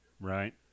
Right